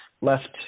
left